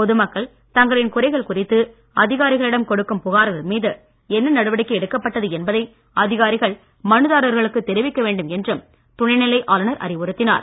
பொதுமக்கள் தங்களின் குறைகள் குறித்து அதிகாரிகளிடம் கொடுக்கும் புகார்கள் மீது என்ன நடவடிக்கை எடுக்கப்பட்டது என்பதை அதிகாரிகள் மனுதாரர்களுக்கு தெரிவிக்க வேண்டும் என்றும் துணைநிலை ஆளுநர் அறிவுறுத்தினார்